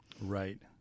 Right